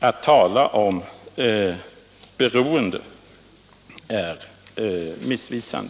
Att då tala om beroendeförhållanden är missvisande.